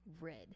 red